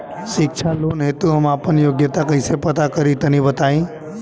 शिक्षा लोन हेतु हम आपन योग्यता कइसे पता करि तनि बताई?